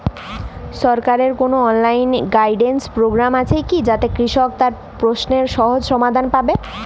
সরকারের কোনো online guidance programme আছে কি যাতে কৃষক তার প্রশ্নের সহজ সমাধান পাবে?